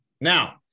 Now